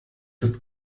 ist